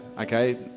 okay